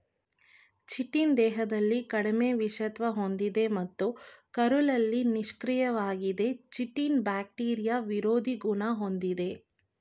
chitin ದೇಹದಲ್ಲಿ ಕಡಿಮೆ ವಿಷತ್ವ ಹೊಂದಿದೆ ಮತ್ತು ಕರುಳಲ್ಲಿ ನಿಷ್ಕ್ರಿಯವಾಗಿದೆ ಚಿಟಿನ್ ಬ್ಯಾಕ್ಟೀರಿಯಾ ವಿರೋಧಿ ಗುಣ ಹೊಂದಿದೆ